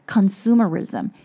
Consumerism